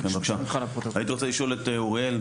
אוריאל,